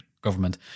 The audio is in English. government